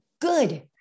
good